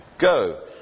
Go